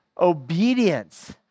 obedience